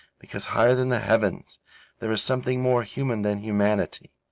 because higher than the heavens there is something more human than humanity.